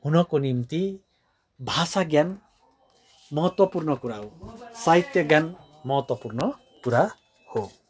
हुनको निम्ति भाषा ज्ञान महत्त्वपूर्ण कुरा हो साहित्य ज्ञान महत्त्वपूर्ण कुरा हो